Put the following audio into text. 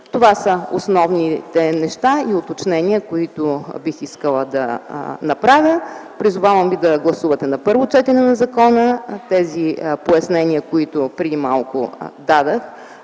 Това са основните уточнения, които бих искала да направя. Призовавам ви да гласувате на първо четене законопроекта след тези пояснения, които преди малко дадох